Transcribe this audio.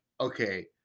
okay